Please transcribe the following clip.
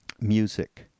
Music